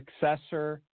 successor